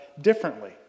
differently